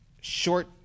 Short